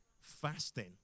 fasting